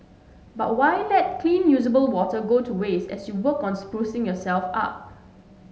but why let clean usable water go to waste as you work on sprucing yourself up